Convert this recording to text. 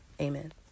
amen